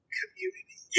community